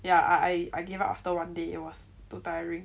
yeah I I gave up after one day it was too tiring